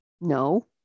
No